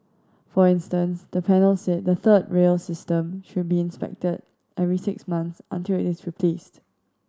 for instance the panel said the third rail system should be inspected every six months until it is replaced